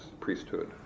priesthood